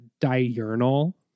diurnal